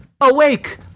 Awake